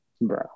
Bro